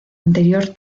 anterior